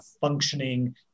functioning